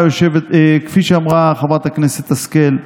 כפי שאמרה חברת הכנסת השכל: